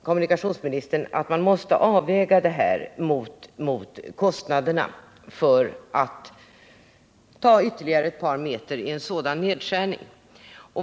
Kommunikationsministern säger att man måste avväga den olägenheten mot kostnaderna för att ta bort ytterligare ett par meter i en sådan nedskärning.